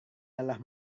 lelah